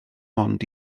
ond